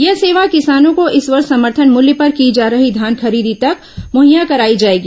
यह सेवा किसानों को इस वर्ष समर्थन मूल्य पर की जा रही धान खरीदी तक मुहैया कराई जाएगी